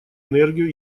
энергию